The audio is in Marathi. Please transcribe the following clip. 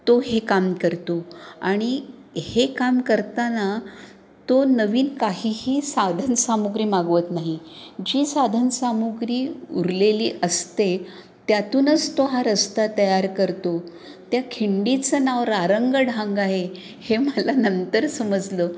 तो हे काम करतो आणि हे काम करताना तो नवीन काहीही साधन सामग्री मागवत नाही जी साधन सामग्री उरलेली असते त्यातूनच तो हा रस्ता तयार करतो त्या खिंडीचं नाव रारंगढांग आहे हे मला नंतर समजलं